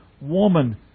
woman